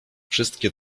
wszystkie